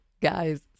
guys